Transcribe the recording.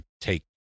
take